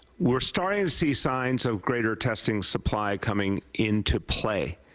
we are starting to see signs of greater testing supply coming into play,